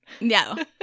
No